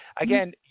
again